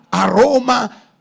aroma